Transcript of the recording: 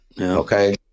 Okay